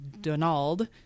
Donald